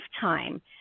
time